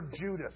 Judas